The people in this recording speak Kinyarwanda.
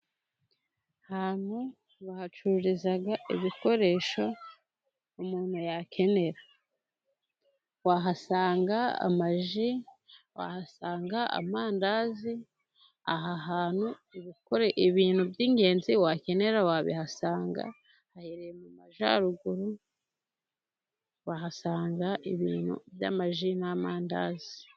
Ahantu bacururiza ibikoresho umuntu yakenera wahasanga amaji, wahasanga amandazi, aha hantu ibintu by'ingenzi wakenera wabihasanga haherereye mu majyaruguru ,wahasanga ibintu by'amaji n'amandazi.